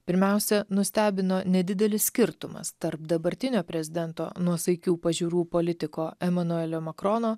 pirmiausia nustebino nedidelis skirtumas tarp dabartinio prezidento nuosaikių pažiūrų politiko emanuelio makrono